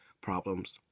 problems